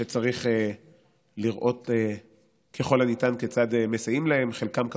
שצריך לראות כיצד מסייעים להם ככל הניתן,